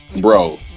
bro